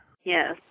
Yes